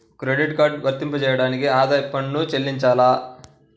Credit card వర్తింపజేయడానికి ఆదాయపు పన్ను చెల్లించాలా?